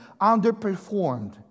Underperformed